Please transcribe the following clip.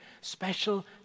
special